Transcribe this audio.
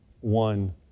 one